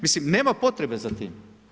Mislim, nema potrebe za tim.